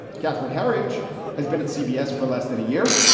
catherine herridge has been at cbs for less than a year.